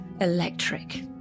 electric